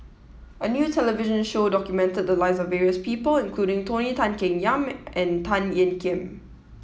a new television show documented the lives of various people including Tony Tan Keng Yam and Tan Ean Kiam